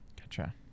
Gotcha